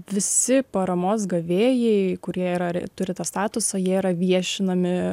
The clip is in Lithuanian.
visi paramos gavėjai kurie yra ar turi tą statusą jie yra viešinami